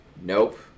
Nope